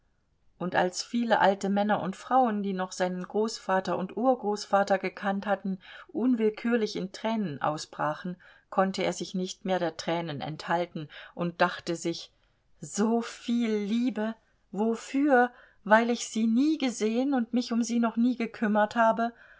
und als viele alten männer und frauen die noch seinen großvater und urgroßvater gekannt hatten unwillkürlich in tränen ausbrachen konnte er sich nicht mehr der tränen enthalten und er dachte sich soviel liebe wofür weil ich sie nie gesehen und mich um sie noch nie gekümmert habe